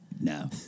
No